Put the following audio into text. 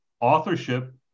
authorship